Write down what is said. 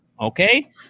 Okay